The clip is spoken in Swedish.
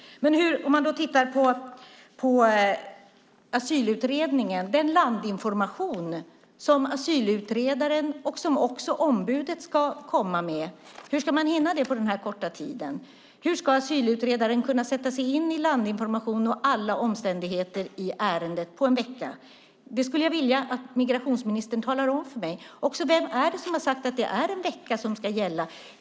Vi kan titta på asylutredningen och den landinformation som asylutredaren och också ombudet ska komma med, hur ska de hinna det på den här korta tiden? Hur ska asylutredaren kunna sätta sig in i landinformation och alla omständigheter i ärendet på en vecka? Det skulle jag vilja att migrationsministern talade om för mig. Jag skulle också vilja veta vem det är som har sagt att det är en vecka som ska gälla.